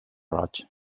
roig